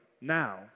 now